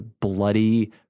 bloody